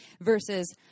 versus